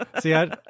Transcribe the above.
See